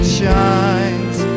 shines